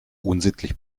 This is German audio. unsittlich